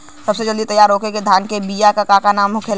सबसे जल्दी तैयार होने वाला धान के बिया का का नाम होखेला?